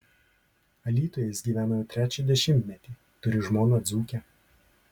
alytuje jis gyvena jau trečią dešimtmetį turi žmoną dzūkę